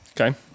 Okay